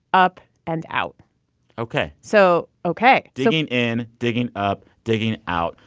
up and out ok so ok digging in, digging up, digging out.